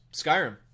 Skyrim